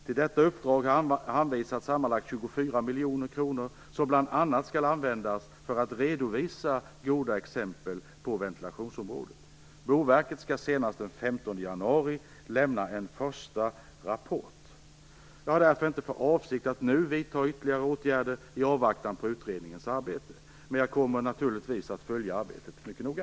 Till detta uppdrag har anvisats sammanlagt 24 miljoner kronor som bl.a. skall användas för att redovisa goda exempel på ventilationsområdet. Boverket skall senast den 15 januari lämna en första rapport. Jag har därför inte för avsikt att nu vidta ytterligare åtgärder i avvaktan på utredningens arbete, men jag kommer naturligtvis att följa arbetet mycket noga.